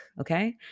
okay